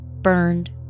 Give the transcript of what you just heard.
burned